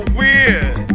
weird